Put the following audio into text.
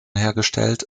hergestellt